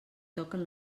toquen